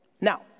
Now